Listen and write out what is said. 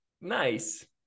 Nice